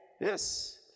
Yes